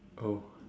oh